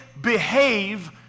behave